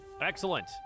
Excellent